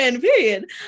period